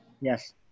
Yes